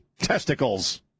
Testicles